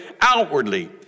outwardly